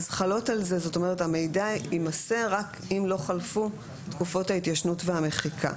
אז המידע יימסר רק אם לא חלפו תקופות ההתיישנות והמחיקה.